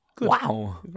Wow